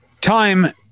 Time